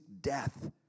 death